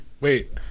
wait